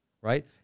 Right